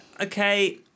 okay